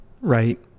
Right